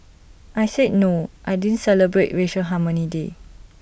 I said no I didn't celebrate racial harmony day